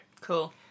Cool